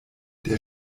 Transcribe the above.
der